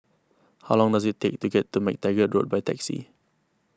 how long does it take to get to MacTaggart Road by taxi